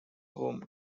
home